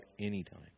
anytime